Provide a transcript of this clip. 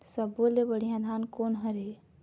सब्बो ले बढ़िया धान कोन हर हे?